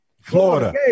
florida